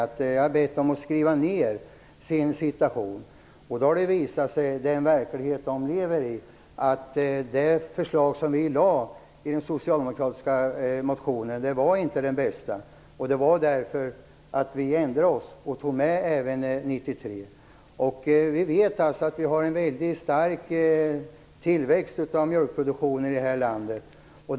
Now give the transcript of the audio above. Jag har bett dem skriva ner sin situation och beskriva den verklighet de lever i. Då har det visat sig att det förslag vi lade fram i den socialdemokratiska motionen inte var det bästa. Det var därför som vi ändrade oss och tog med även 1993. Vi vet att det är en stark tillväxt i mjölkproduktionen här i landet.